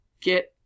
get